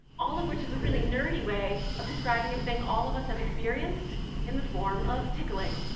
all of which is a really nerdy way of describing a thing all of us have experienced in the form of tickling.